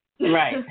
Right